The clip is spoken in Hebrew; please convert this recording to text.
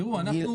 תראו, אנחנו.